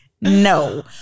No